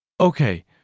Okay